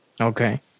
Okay